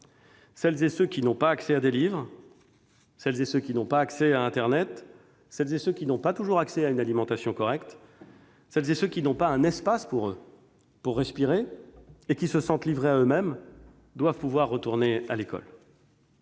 Celles et ceux qui n'ont pas accès à des livres ou à internet, celles et ceux qui n'ont pas toujours accès à une alimentation correcte, celles et ceux qui n'ont pas un espace à eux pour respirer et qui se sentent livrés à eux-mêmes doivent pouvoir retourner à l'école.